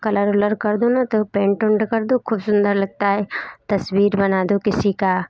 colour ओलर कर दो ना तो पेंट ओंट कर दो खूब सुंदर लगता है तस्वीर बना दो किसी का